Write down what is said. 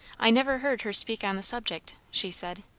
i never heard her speak on the subject, she said.